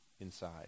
inside